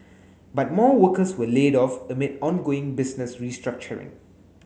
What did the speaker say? but more workers were laid off amid ongoing business restructuring